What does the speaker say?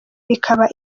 bikaba